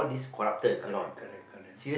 correct correct correct